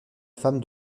femme